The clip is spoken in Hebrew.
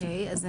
אני